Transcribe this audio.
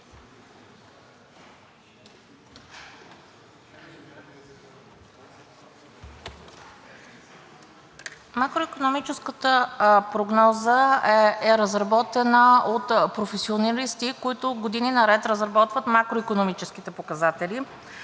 Макроикономическата прогноза е разработена от професионалисти, които години наред разработват макроикономическите показатели.